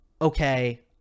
okay